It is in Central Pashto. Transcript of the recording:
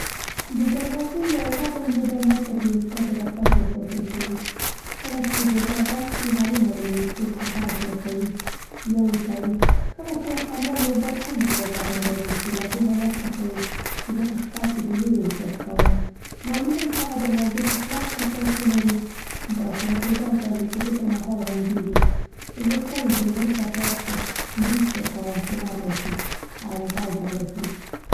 د دروازې یا وره غنګېدا ماته د یو چا د راتګ احساس را کوي. کله چې د وره غږ شي هرو مرو یو څوک هغه را خلاصوي یا یې تړي. کله کله شمال یا باد هم دروازه غنګوي چې له دې حالت څخه یې زه په شپه کې د وېرې احساس کوم. معمولا هغه دروازې چې کلک چپراس ولري د خلاصېدو او تړل کېدو پر مهال غنګېږي. زه تل د وره چپراس ته ګریس ورکوم چې نرمه شي او غږ ونه کړي.